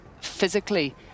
physically